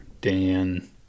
Dan